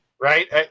Right